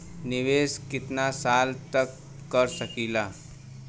निवेश कितना साल तक कर सकीला?